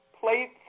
plates